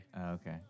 Okay